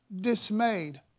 dismayed